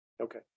Okay